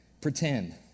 pretend